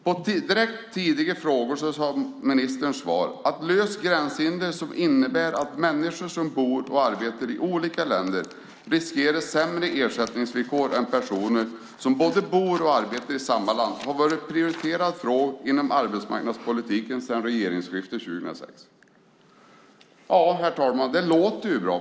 På tidigare direkta frågor har ministern svarat: "Att lösa gränshinder som innebär att människor som bor och arbetar i olika länder riskerar sämre ersättningsvillkor än personer som både bor och arbetar i samma land har varit en prioriterad fråga inom arbetsmarknadspolitiken sedan regeringsskiftet 2006." Ja, herr talman, det låter ju bra.